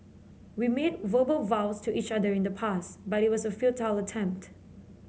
we made verbal vows to each other in the past but it was a futile attempt